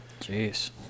Jeez